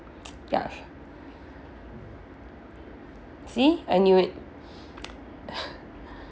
ya see I knew it